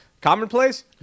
commonplace